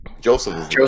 Joseph